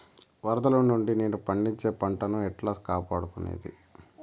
వరదలు నుండి నేను పండించే పంట ను ఎట్లా కాపాడుకునేది?